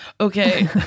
Okay